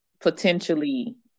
potentially